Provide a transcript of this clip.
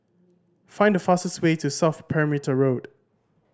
find the fastest way to South Perimeter Road